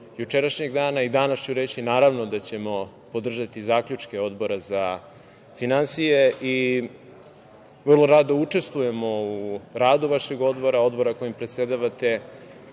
jučerašnjeg dana i danas ću reći naravno da ćemo podržati zaključke Odbora za finansije i vrlo rado učestvujemo u radu vašeg Odbora, Odbora kojim predsedavate